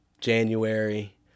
January